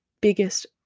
biggest